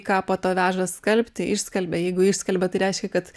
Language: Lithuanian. ką po to veža skalbti išskalbia jeigu išskelbia tai reiškia kad